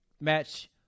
match